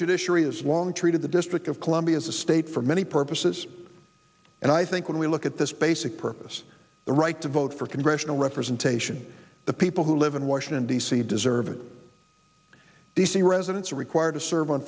has long treated the district of columbia as a state for many purposes and i think when we look at this basic purpose the right to vote for congressional representation the people who live in washington d c deserve it d c residents are required to serve on